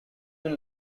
been